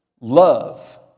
love